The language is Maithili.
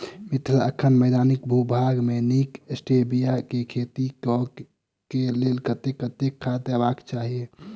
मिथिला एखन मैदानी भूभाग मे नीक स्टीबिया केँ खेती केँ लेल कतेक कतेक खाद देबाक चाहि?